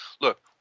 look